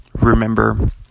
remember